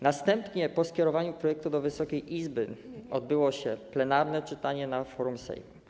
Następnie, po skierowaniu projektu do Wysokiej Izby, odbyło się jego plenarne czytanie na forum Sejmu.